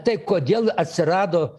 tai kodėl atsirado